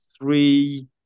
three